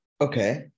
okay